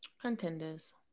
Contenders